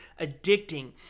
addicting